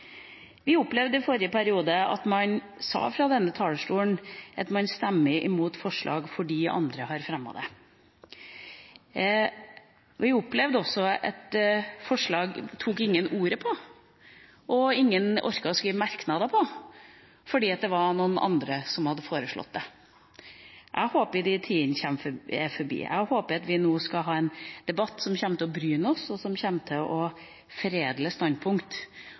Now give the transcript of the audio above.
Vi opplevde i forrige periode at man fra denne talerstolen sa at man stemmer imot forslag fordi andre har fremmet dem. Vi opplevde også at ingen tok ordet på forslag, og ingen orket å skrive merknader på dem, fordi det var noen andre som hadde foreslått dem. Jeg håper at de tider er forbi. Jeg håper at vi nå skal ha en debatt som kommer til å bryne oss, og som kommer til å foredle standpunkt,